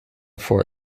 for